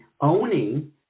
owning